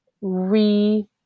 re